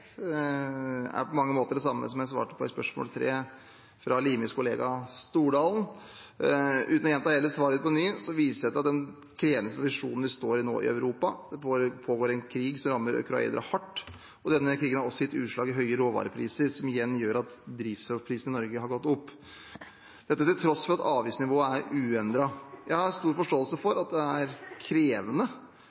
er på mange måter det samme som jeg svarte på i spørsmål nr. 3, fra Limis kollega, representanten Stordalen. Uten å gjenta hele svaret mitt på ny, viser jeg til den krevende situasjonen vi står i nå i Europa. Det pågår en krig som rammer ukrainere hardt, og denne krigen har også gitt utslag i høye råvarepriser, som igjen gjør at drivstoffprisen i Norge har gått opp, til tross for at avgiftsnivået er uendret. Jeg har stor forståelse for at det er krevende